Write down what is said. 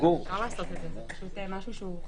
אפשר לעשות את זה, אבל זה משהו שהוא חריג.